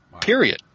period